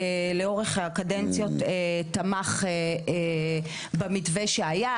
לאורך הקדנציות תמך במתווה שהיה,